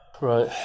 Right